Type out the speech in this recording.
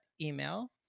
email